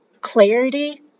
clarity